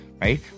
right